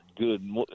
good